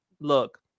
look